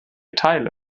teile